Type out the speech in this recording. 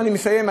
אני מסיים.